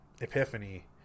epiphany